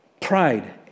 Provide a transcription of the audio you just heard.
Pride